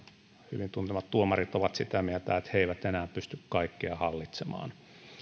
hyvin tuntemani tuomarit ovat sitä mieltä että he eivät enää pysty kaikkea hallitsemaan